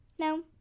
No